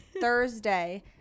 Thursday